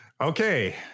Okay